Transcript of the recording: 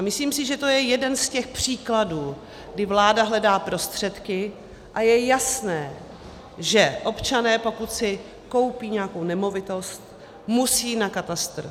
Myslím si, že to je jeden z těch příkladů, kdy vláda hledá prostředky, a je jasné, že občané, pokud si koupí nějakou nemovitost, musí na katastr.